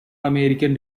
american